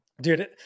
Dude